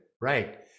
Right